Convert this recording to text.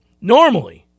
normally